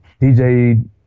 DJ